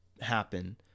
happen